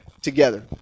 together